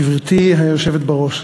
גברתי היושבת בראש,